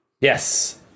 yes